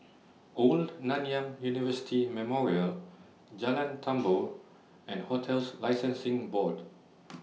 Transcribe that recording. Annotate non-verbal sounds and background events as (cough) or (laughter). Old Nanyang University Memorial Jalan Tambur and hotels Licensing Board (noise)